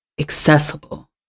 accessible